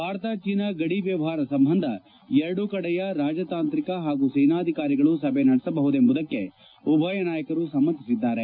Bharat China ಗಡಿ ಮ್ಯವಹಾರ ಸಂಬಂಧ ಎರಡೂ ಕಡೆಯ ರಾಜತಾಂತ್ರಿಕ ಹಾಗೂ ಸೇನಾಧಿಕಾರಿಗಳು ಸಭೆ ನಡೆಸಬಹುದೆಂಬುದಕ್ಕೆ ಉಭಯ ನಾಯಕರೂ ಸಮ್ಮತಿಸಿದ್ದಾರೆ